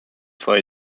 for